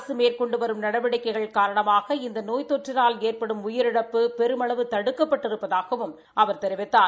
அரசு மேற்கொண்டு வரும் நடவடிக்கைகள் காரணமாக இந்த நோய் தொற்றினால் ஏற்படும் உயிரிழப்பு பெருமளவு தடுக்கப்பட்டிருப்பதாகவும் அவர் தெரிவித்தார்